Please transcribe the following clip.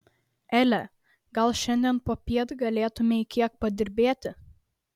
ele gal šiandien popiet galėtumei kiek padirbėti